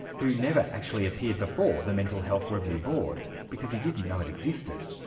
who never actually appeared before the mental health review board, because he didn't know it existed.